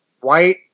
white